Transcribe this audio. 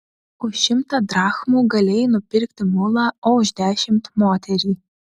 už šimtą drachmų galėjai nupirkti mulą o už dešimt moterį